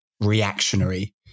reactionary